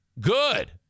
Good